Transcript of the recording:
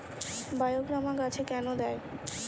বায়োগ্রামা গাছে কেন দেয়?